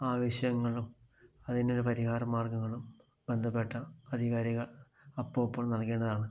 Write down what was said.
ആവശ്യങ്ങളും അതിന് ഒരു പരിഹാര മാർഗങ്ങളും ബന്ധപ്പെട്ട അധികാരികൾ അപ്പോൾ അപ്പോൾ നൽകേണ്ടതാണ്